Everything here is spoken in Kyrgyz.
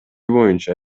боюнча